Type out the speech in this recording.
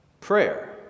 Prayer